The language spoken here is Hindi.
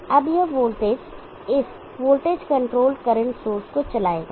अब यह वोल्टेज इस वोल्टेज कंट्रोल्ड करंट सोर्स को चलाएगा